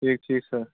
ٹھیٖک ٹھیٖک سر